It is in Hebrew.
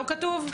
לא כתוב?